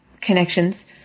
connections